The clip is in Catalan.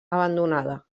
abandonada